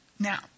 Now